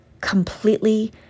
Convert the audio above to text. completely